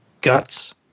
Guts